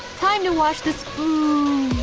time to wash the spoooon.